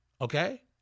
okay